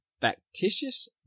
factitious